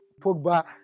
Pogba